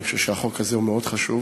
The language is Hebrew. אני חושב שהחוק הזה מאוד חשוב,